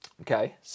Okay